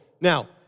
Now